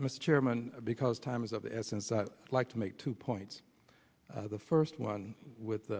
mr chairman because time is of the essence i like to make two points the first one with